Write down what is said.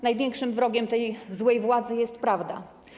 Największym wrogiem złej władzy jest prawda.